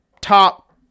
top